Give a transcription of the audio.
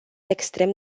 extrem